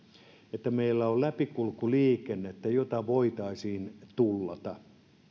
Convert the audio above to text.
että meillä on läpikulkuliikennettä jota voitaisiin tullata